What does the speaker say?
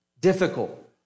difficult